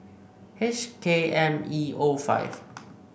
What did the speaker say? H K M E O five